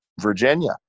Virginia